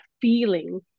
feeling